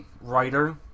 writer